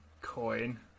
coin